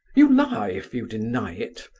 you lie if you deny it.